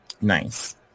Nice